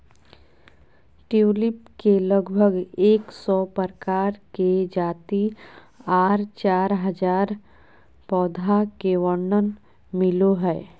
tulip के लगभग एक सौ प्रकार के जाति आर चार हजार पौधा के वर्णन मिलो हय